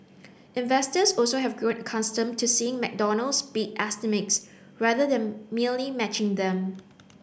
investors also have grown accustomed to seeing McDonald's beat estimates rather than merely matching them